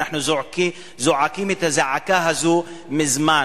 אנחנו זועקים את הזעקה הזאת מזמן,